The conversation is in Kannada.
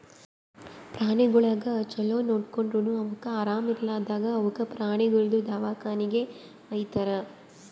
ಪ್ರಾಣಿಗೊಳಿಗ್ ಛಲೋ ನೋಡ್ಕೊಂಡುರನು ಅವುಕ್ ಆರಾಮ ಇರ್ಲಾರ್ದಾಗ್ ಅವುಕ ಪ್ರಾಣಿಗೊಳ್ದು ದವಾಖಾನಿಗಿ ವೈತಾರ್